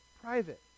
private